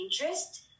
interest